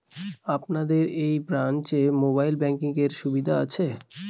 আপনাদের এই ব্রাঞ্চে মোবাইল ব্যাংকের সুবিধে আছে?